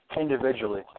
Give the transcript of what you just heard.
individually